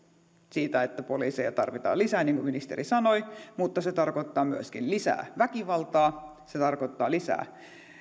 siitä että poliiseja tarvitaan lisää niin kuin ministeri sanoi mutta se tarkoittaa myöskin lisää väkivaltaa se tarkoittaa lisää